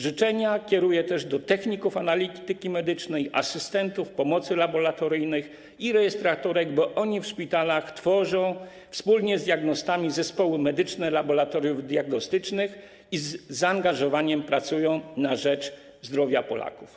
Życzenia kieruję też do techników analityki medycznej, asystentów, pomocy laboratoryjnych i rejestratorek, bo oni w szpitalach tworzą wspólnie z diagnostami zespoły medyczne laboratoriów diagnostycznych i z zaangażowaniem pracują na rzecz zdrowia Polaków.